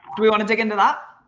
do we wanna dig into that?